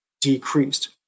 decreased